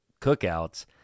cookouts